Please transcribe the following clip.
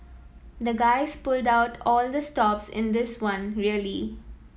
the guys pulled out all the stops in this one really